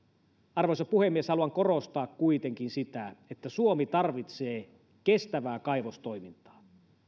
arvoisa puhemies haluan korostaa kuitenkin sitä että suomi tarvitsee kestävää kaivostoimintaa